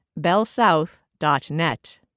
bellsouth.net